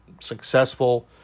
successful